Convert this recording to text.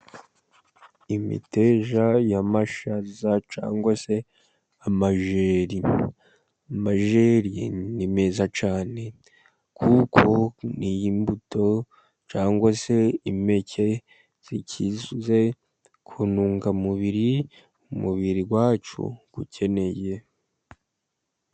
Imiteja y'amashaza cyangwe se amajeri. Amajeri ni meza cyane, kuko ni imbuto cyangwa se impeke, zikize ku ntungamubiri umubiri wacu ukeneye.